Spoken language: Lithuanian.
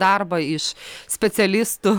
darbą iš specialistų